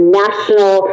national